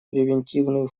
превентивную